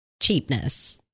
cheapness